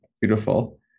Beautiful